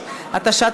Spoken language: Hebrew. התשע"ט